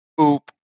oop